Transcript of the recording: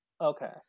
Okay